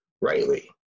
rightly